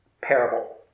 parable